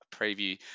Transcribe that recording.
preview